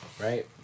right